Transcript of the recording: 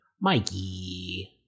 Mikey